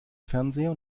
fernseher